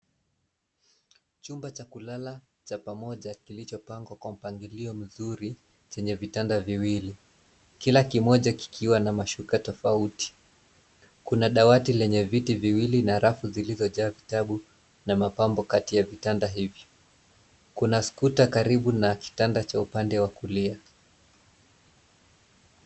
Chumba cha kulala cha pamoja kilichopangwa kwa mpangilio mzuri, chenye vitanda viwili. Kila kimoja kikiwa na mashuka tofauti. Kuna dawati lenye viti viwili na rafu zilizojaa vitabu na mapambo kati ya vitanda hivi. Kuna skuta karibu na kitanda cha upande wa kulia.